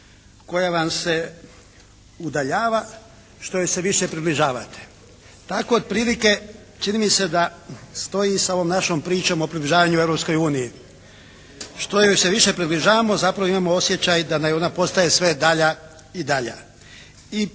koja vam se udaljava što joj se više približavate. Tako otprilike čini mi se da stoji i sa ovom našom pričom o približavanju Europskoj uniji. Što joj se više približavamo zapravo imamo osjećaj da ona postaje sve dalja i dalja.